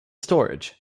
storage